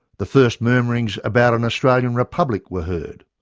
the first murmurings about an australian republic were heard